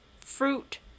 fruit